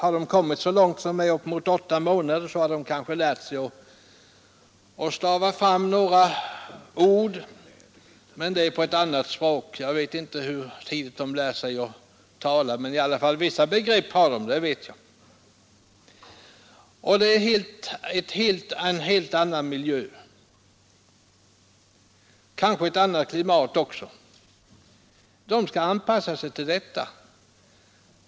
Är de upp emot åtta månader har de kanske lärt sig att jollra fram några ord, men det är på ett annat språk. Jag vet inte hur tidigt de lär sig att tala, men vissa begrepp har de i alla fall — det vet jag. Miljön är också en helt annan för dessa barn och kanske även klimatet. De skall anpassa sig till allt detta.